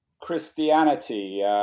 Christianity